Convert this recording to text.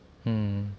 mm